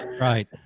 Right